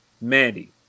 Mandy